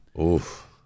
Oof